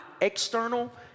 external